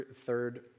third